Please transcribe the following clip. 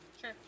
Sure